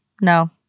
No